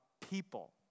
people